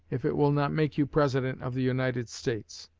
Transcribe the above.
if it will not make you president of the united states